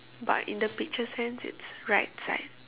but in the picture sense it's right side